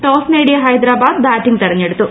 toss നേടിയ Hyderabad batting തെരെഞ്ഞെടുത്തു